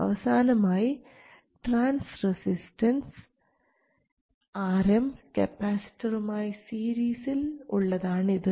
അവസാനമായി transresistance Rm കപ്പാസിറ്ററുമായി സീരീസിൽ ഉള്ളതാണ് ഇത്